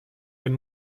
den